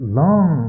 long